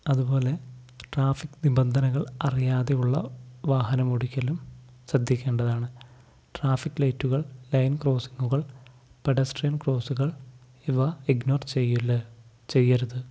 അതുപോലെ ട്രാഫിക് നിബന്ധനകൾ അറിയാതെയുള്ള വാഹനമോടിക്കലും ശ്രദ്ധിക്കേണ്ടതാണ് ട്രാഫിക് ലൈറ്റുകൾ ലൈൻ ക്രോസിങ്ങുകൾ പെഡസ്ട്രിയൻ ക്രോസുകൾ ഇവ ഇഗ്നോർ ചെയ്യല്ല് ചെയ്യരുത്